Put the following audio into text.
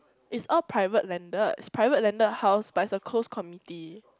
it's all private landed it's private landed house it's a close committee